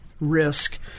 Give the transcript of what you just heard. risk